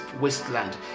wasteland